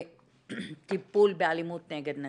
לטיפול באלימות נגד נשים.